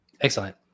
Excellent